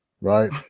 right